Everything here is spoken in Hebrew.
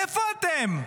איפה אתם?